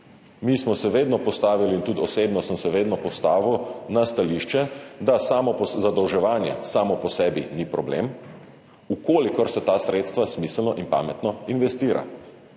Mi smo se vedno postavili in tudi osebno sem se vedno postavil na stališče, da zadolževanje samo po sebi ni problem, če se ta sredstva smiselno in pametno investira.